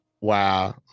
Wow